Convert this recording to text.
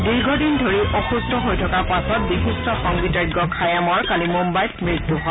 দীৰ্ঘদিন ধৰি অসুস্থ হৈ থকাৰ পাছত বিশিষ্ট সংগীতজ্ঞ খায়ামৰ কালি মুম্বাইত মৃত্যু হয়